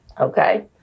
Okay